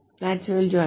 natural join